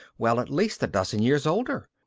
well, at least a dozen years older.